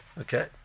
Okay